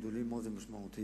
גדולים מאוד ומשמעותיים